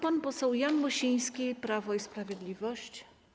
Pan poseł Jan Mosiński, Prawo i Sprawiedliwość.